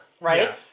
Right